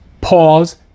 pause